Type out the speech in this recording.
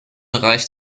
reicht